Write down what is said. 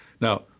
Now